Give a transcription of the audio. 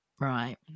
right